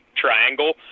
triangle